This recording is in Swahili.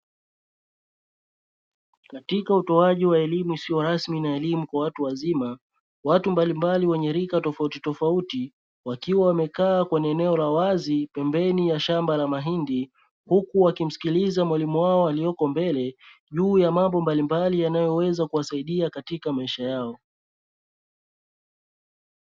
Katika utoaji elimu iso rasmi na elimu kwa watu wazima, watu mbalimbali wenye rika tofauti tofauti wakiwa wamekaa kwenye eneo la wazi pembeni ya shamba la mahindi, huku wakimsikiliza mwalimu wao aliyoko mbele juu ya mambo mbalimbali yanayoweza kuwasaidia katika maisha yao.